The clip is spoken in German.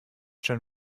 schon